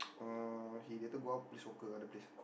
uh he later go out play soccer other place